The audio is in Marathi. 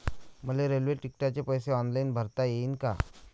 मले रेल्वे तिकिटाचे पैसे ऑनलाईन भरता येईन का?